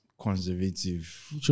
conservative